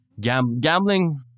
gambling